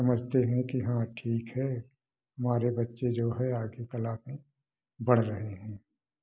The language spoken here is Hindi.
समझते हैं कि हाँ ठीक है हमारे बच्चे जो हैं आगे कला में बढ़ रहे हैं